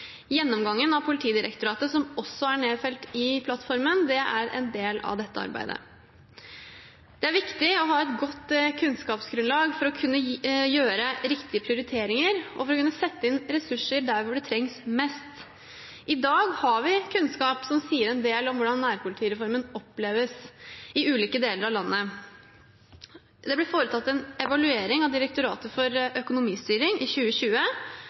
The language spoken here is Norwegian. Gjennomgangen av Politidirektoratet, som også er nedfelt i plattformen, er en del av dette arbeidet. Det er viktig å ha et godt kunnskapsgrunnlag for å kunne gjøre riktige prioriteringer og for å kunne sette inn ressurser der det trengs mest. I dag har vi kunnskap som sier en del om hvordan nærpolitireformen oppleves i ulike deler av landet. I 2020 ble det foretatt en evaluering av Direktoratet for forvaltning og økonomistyring